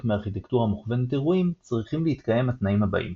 מארכיטקטורה מוכוונת אירועים צריכים להתקיים התנאים הבאים